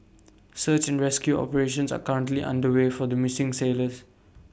search and rescue operations are currently underway for the missing sailors